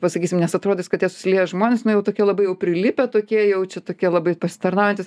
pasakysim nes atrodys kad tie susilieję žmonės nu jau tokie labai jau prilipę tokie jau čia tokie labai pasitarnaujantys